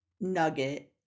nugget